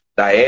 da